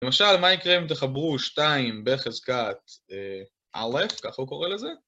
למשל, מה יקרה אם תחברו 2 בחזקת א', כך הוא קורא לזה?